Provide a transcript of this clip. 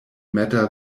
matter